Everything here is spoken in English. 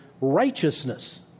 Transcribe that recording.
righteousness